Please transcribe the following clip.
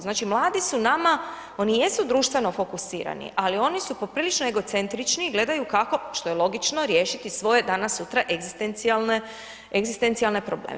Znači mladi su nama, oni jesu društveno fokusirani, ali oni su poprilično egocentrični, gledaju kako, što je logično riješiti svoje danas sutra egzistencijalne probleme.